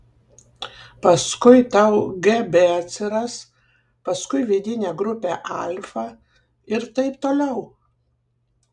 paskui tau gb atsiras paskui vidinė grupė alfa ir taip toliau